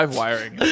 wiring